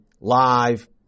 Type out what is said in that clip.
Live